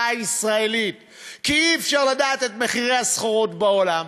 הישראלית כי אי-אפשר לדעת את מחירי הסחורות בעולם,